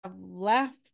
left